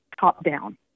top-down